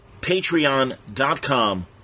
patreon.com